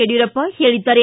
ಯಡಿಯೂರಪ್ಪ ಹೇಳಿದ್ದಾರೆ